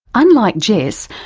unlike jess,